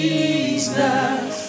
Jesus